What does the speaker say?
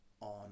on